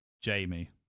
Jamie